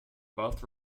both